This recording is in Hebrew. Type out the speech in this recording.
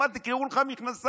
כמעט נקרעו לך המכנסיים.